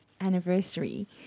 anniversary